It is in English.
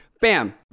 bam